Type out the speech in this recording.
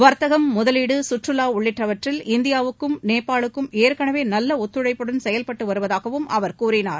வர்த்தகம் முதலீடு கற்றுவா உள்ளிட்டவற்றில் இந்தியாவும் நேபாளும் ஏற்கெனவே நல்ல ஒத்துழைப்புடன் செயல்பட்டு வருவதாகவும் அவர் கூறினார்